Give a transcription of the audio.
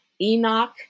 Enoch